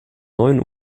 neuen